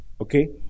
Okay